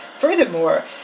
Furthermore